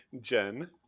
Jen